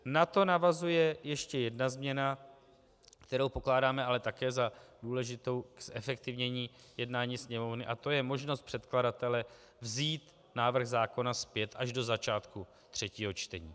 Na to navazuje ještě jedna změna, kterou pokládáme ale také za důležitou k zefektivnění jednání Sněmovny, a to je možnost předkladatele vzít návrh zákona zpět až do začátku třetího čtení.